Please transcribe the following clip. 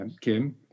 Kim